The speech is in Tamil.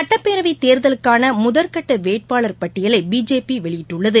சட்டப்பேரவைத்தேர்தலுக்கானமுதற்கட்டவேட்பாளர் பட்டியலைபிஜேபிவெளியிட்டுள்ளது